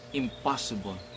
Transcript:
impossible